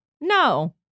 No